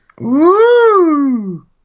Woo